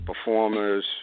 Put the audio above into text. performers